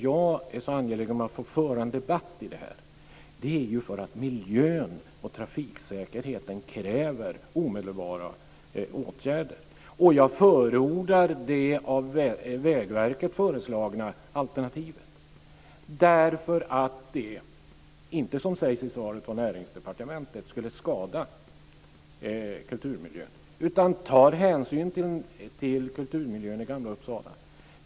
Jag är så angelägen att få föra en debatt i denna fråga därför att miljön och trafiksäkerheten kräver omedelbara åtgärder. Jag förordar det av Vägverket föreslagna alternativet, inte för att som det sägs i svaret från Näringsdepartementet det skulle skada kulturmiljön utan för att det tar hänsyn till kulturmiljön i Gamla Uppsala.